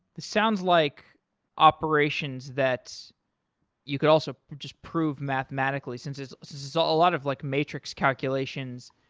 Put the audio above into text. sounds like operations that's you could also just prove mathematically since it's so a lot of like matrix calculations.